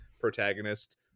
protagonist